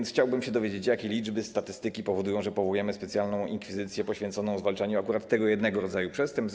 Chciałbym się dowiedzieć, jakie liczby, statystyki powodują, że powołujemy specjalną inkwizycję poświęconą zwalczaniu akurat tego jednego rodzaju przestępstw.